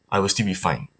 I will still be fine